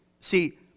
See